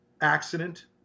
accident